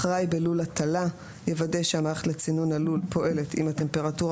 אחראי בלול הטלה - יוודא שהמערכת לצינון הלול פועלת אם הטמפרטורה